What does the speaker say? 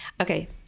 Okay